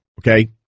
Okay